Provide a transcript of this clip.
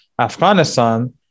Afghanistan